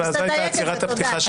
זו הייתה הצהרת הפתיחה שלי.